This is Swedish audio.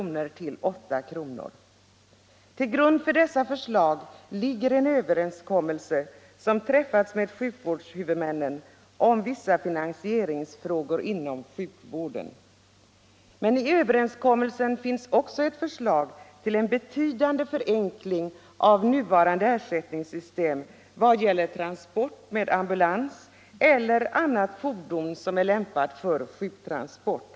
Till grund för dessa förslag ligger en överenskommelse som träffats med sjukvårdshuvudmännen om vissa finansieringsfrågor inom sjukvården. I den överenskommelsen finns också ett förslag till en betydande förenkling av nuvarande ersättningssystem i vad gäller transport med ambulans eller annat fordon lämpat för sjuktransport.